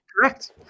Correct